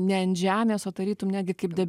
ne ant žemės o tarytum netgi kaip deb